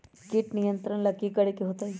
किट नियंत्रण ला कि करे के होतइ?